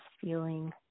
feeling